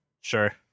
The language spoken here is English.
Sure